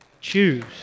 Choose